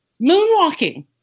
moonwalking